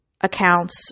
accounts